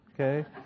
okay